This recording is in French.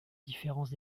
différents